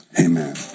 amen